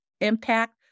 impact